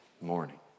morning